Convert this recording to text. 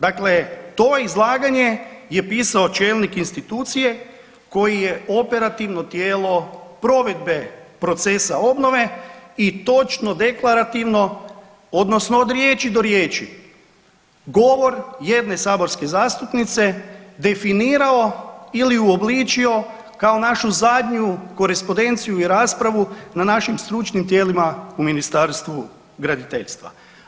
Dakle, to izlaganje je pisao čelnik institucije koji je operativno tijelo provedbe procesa obnove i točno deklarativno, odnosno od riječi do riječi govor jedne saborske zastupnice definirao ili uobličio kao našu zadnju korespondenciju i raspravu na našim stručnim tijelima u Ministarstvu graditeljstva.